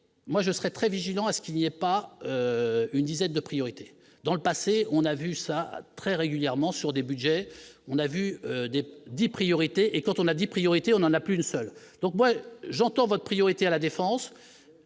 moi, je serai très vigilant à ce qu'il n'y a pas une dizaine de priorité dans le passé, on a vu ça très régulièrement sur des Budgets, on a vu dès 10 priorités et quand on a des priorités, on en a plus une seule, donc moi j'entends votre priorité à la défense,